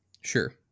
Sure